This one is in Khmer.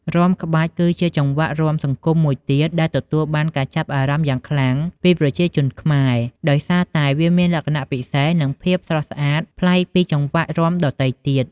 រាំក្បាច់ គឺជាចង្វាក់រាំសង្គមមួយទៀតដែលទទួលបានការចាប់អារម្មណ៍យ៉ាងខ្លាំងពីប្រជាជនខ្មែរ ដោយសារតែវាមានលក្ខណៈពិសេស និងភាពស្រស់ស្អាតប្លែកពីចង្វាក់រាំដទៃទៀត។